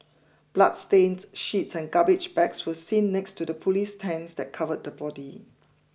bloodstained sheets and garbage bags were seen next to the police tents that covered the body